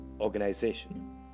organization